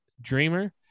Dreamer